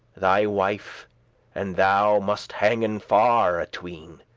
thy wife and thou must hangen far atween,